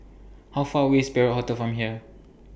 How Far away IS Perak Hotel from here